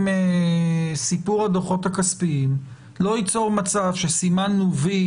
סיפור הדוחות הכספיים לא תיצור מצב שסימנו וי,